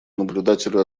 наблюдателю